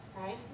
right